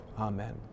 Amen